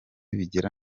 bigera